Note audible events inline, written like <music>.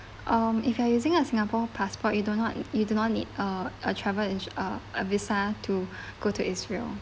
um if you are using a singapore passport you don't want you do not need uh a travel insu~ uh a visa to <breath> go to israel